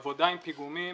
עבודה עם פיגומים